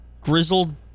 grizzled